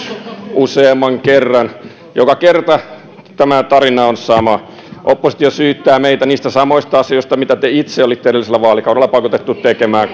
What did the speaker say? useamman kerran joka kerta tarina on sama oppositio syyttää meitä niistä samoista asioista mitä te itse olitte edellisellä vaalikaudella pakotettu tekemään